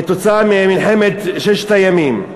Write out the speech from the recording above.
בגלל מלחמת ששת הימים.